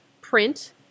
print